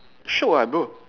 shiok ah bro